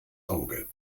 auge